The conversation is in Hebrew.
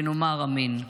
ונאמר אמן.